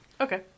Okay